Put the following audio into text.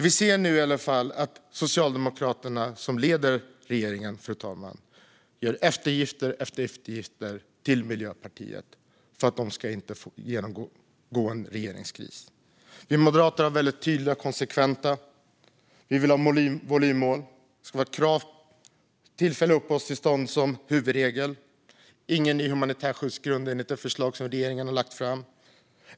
Vi ser nu att Socialdemokraterna, som leder regeringen, gör eftergift efter eftergift till Miljöpartiet för att inte genomgå en regeringskris. Vi moderater är tydliga och konsekventa. Vi vill ha volymmål. Det ska vara tillfälliga uppehållstillstånd som huvudregel och ingen humanitär skyddsgrund enligt det förslag som regeringen har lagt fram.